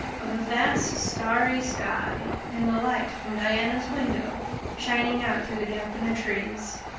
of a vast starry sky, and the light from diana's window shining out through the gap in the trees.